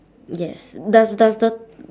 yes does does the